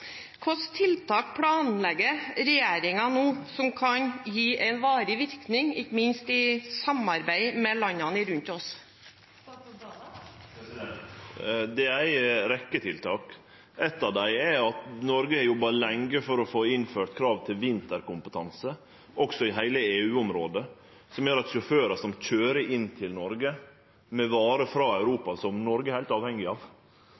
som kan gi varig virkning, planlegger regjeringen nå – ikke minst i samarbeid med landene rundt oss? Det er ei rekkje tiltak. Eit av dei er at Noreg har jobba lenge for å få innført krav til vinterkompetanse – også i heile EU-området – som gjer at sjåførar som køyrer inn i Noreg med varer frå Europa, noko Noreg er heilt avhengig av,